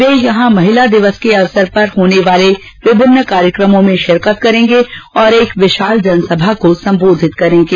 वे यहां महिला दिवस के अवसर पर होने वाले विभिन्न कार्यक्रमों में शिरकत करेंगे और एक विशाल जनसभा को संबोधित करेंगे